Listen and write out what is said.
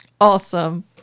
Awesome